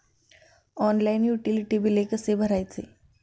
Online utility बिले कसे भरायचे?